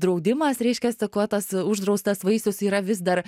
draudimas reiškiasi kuo tas uždraustas vaisius yra vis dar